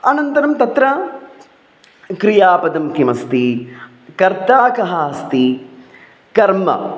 अनन्तरं तत्र क्रियापदं किमस्ति कर्ता कः अस्ति कर्म